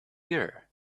year